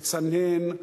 תצנן,